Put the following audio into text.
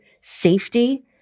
safety